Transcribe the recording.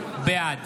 בעד